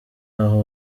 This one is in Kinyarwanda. aho